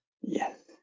Yes